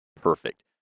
perfect